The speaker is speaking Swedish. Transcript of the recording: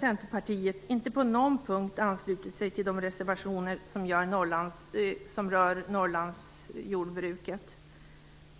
Centerpartiet inte på någon punkt anslutit sig till de reservationer som rör Norrlandsjordbruket?